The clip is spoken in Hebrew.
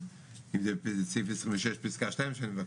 אם זה סעיף 26 פסקה (2),